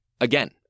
again